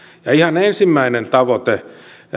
ja ihan ensimmäinen tavoite